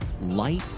Light